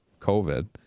COVID